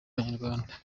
y’abanyarwanda